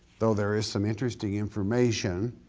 though there is some interesting information.